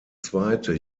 zweite